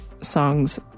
songs